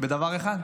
בדבר אחד: